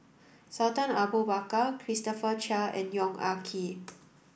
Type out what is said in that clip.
Sultan Abu Bakar Christopher Chia and Yong Ah Kee